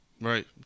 Right